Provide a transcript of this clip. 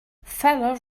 feller